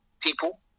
people